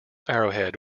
arrowhead